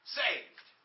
saved